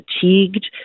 fatigued